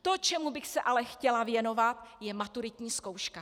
To, čemu bych se ale chtěla věnovat, je maturitní zkouška.